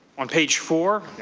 on page four?